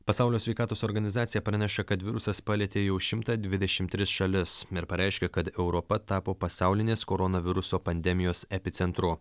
pasaulio sveikatos organizacija praneša kad virusas palietė jau šimtą dvidešimt tris šalis ir pareiškė kad europa tapo pasaulinės koronaviruso pandemijos epicentru